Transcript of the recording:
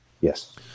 Yes